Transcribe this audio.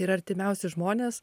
ir artimiausi žmonės